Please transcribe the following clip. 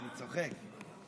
אני צוחק.